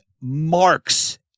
marks